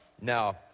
Now